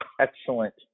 excellent